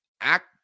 act